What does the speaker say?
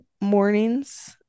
mornings